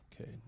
Okay